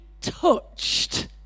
touched